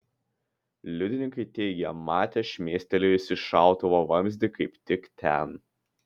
liudininkai teigė matę šmėstelėjusį šautuvo vamzdį kaip tik ten